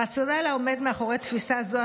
הרציונל העומד מאחורי תפיסה זו,